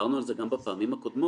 דיברנו על זה גם בפעמים הקודמות